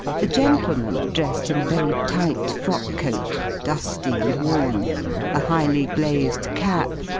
the gentleman, dressed in a very tight frock-coat, dusty and worn a highly-glazed cap,